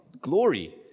glory